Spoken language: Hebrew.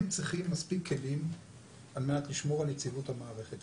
הם צריכים מספיק כלים על מנת לשמור על יציבות המערכת.